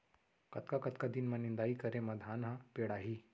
कतका कतका दिन म निदाई करे म धान ह पेड़ाही?